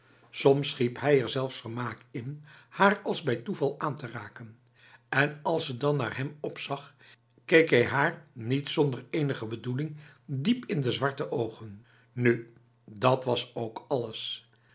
soms schiep hij er zelfs vermaak in haar als bij toeval aan te raken en als ze dan naar hem opzag keek hij haar niet zonder enige bedoeling diep in de zwarte ogen nu dat was ook alles